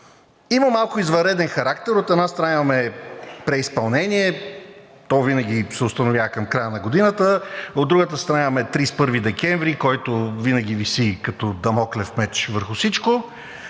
Има малко извънреден характер. От една страна, имаме преизпълнение. То винаги се установява към края на годината. От другата страна, имаме 31 декември, който винаги виси като дамоклев меч върху всичко.